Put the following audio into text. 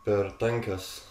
per tankios